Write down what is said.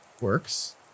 Works